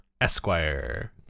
Esquire